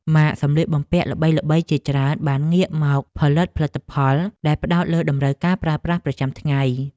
ម៉ាកសម្លៀកបំពាក់ល្បីៗជាច្រើនបានងាកមកផលិតផលិតផលដែលផ្តោតលើតម្រូវការប្រើប្រាស់ប្រចាំថ្ងៃ។